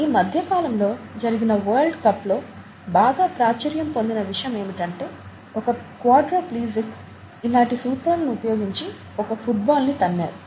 ఈ మధ్య కాలం లో జరిగిన వరల్డ్ కప్ లో బాగా ప్రాచుర్యం పొందిన విషయం ఏమిటంటే ఒక క్వాడ్రిప్లీజిక్ ఇలాటి సూత్రాలని ఉపయోగించి ఒక ఫుట్బాల్ ని తన్నారు